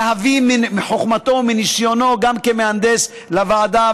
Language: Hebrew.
להביא מחוכמתו ומניסיונו כמהנדס לוועדה,